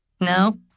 No